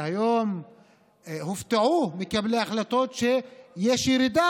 היום הופתעו מקבלי ההחלטות שיש ירידה